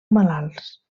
malalts